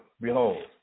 behold